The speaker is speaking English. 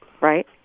right